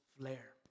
flare